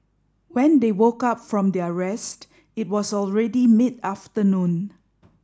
when they woke up from their rest it was already mid afternoon